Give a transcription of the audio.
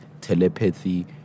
telepathy